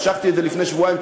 ומשכתי את זה לפני שבועיים,